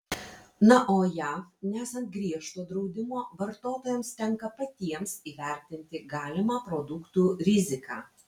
na o jav nesant griežto draudimo vartotojams tenka patiems įvertinti galimą produktų riziką